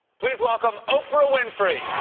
please welcome, oprah winfrey!